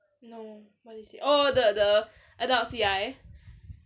no what he say oh the the adult C_I